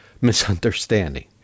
misunderstanding